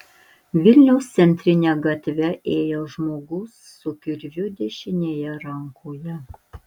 vilniaus centrine gatve ėjo žmogus su kirviu dešinėje rankoje